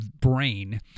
brain